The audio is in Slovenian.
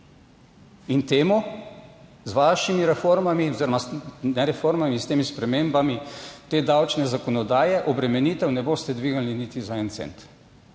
In temu z vašimi reformami oziroma reformami, s temi spremembami te davčne zakonodaje obremenitev ne boste dvignili niti za en cent,